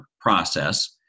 process